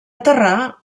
aterrar